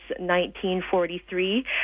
1943